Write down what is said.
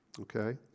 Okay